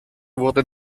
wurde